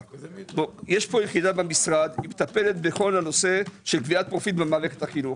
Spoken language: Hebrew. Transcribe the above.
יש יחידה במשרד שמטפלת בכל הנושא של קביעת פרופיל במערכת החינוך.